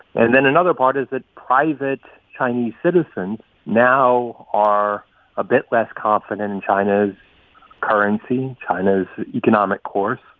and then another part is that private chinese citizens now are a bit less confident in china's currency, china's economic course.